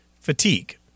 fatigue